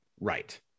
Right